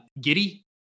Giddy